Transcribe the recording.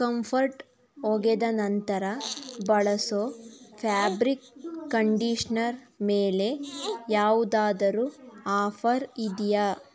comfort ಒಗೆದ ನಂತರ ಬಳಸೊ ಫ್ಯಾಬ್ರಿಕ್ ಕಂಡೀಷ್ನರ್ ಮೇಲೆ ಯಾವುದಾದರೂ ಆಫರ್ ಇದೆಯಾ